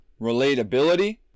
relatability